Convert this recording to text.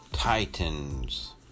Titans